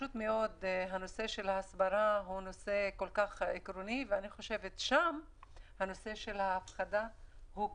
הנושא של ההסברה הוא מאוד עקרוני ואני חושבת ששם נושא ההפחדה הוא קריטי.